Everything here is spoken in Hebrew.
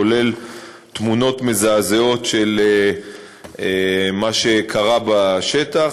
כולל תמונות מזעזעות של מה שקרה בשטח,